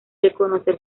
reconocer